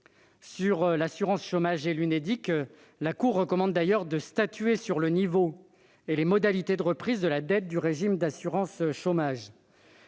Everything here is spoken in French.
de l'assurance chômage et de l'Unédic, la Cour des comptes recommande de statuer sur le niveau et les modalités de reprise de la dette du régime d'assurance chômage.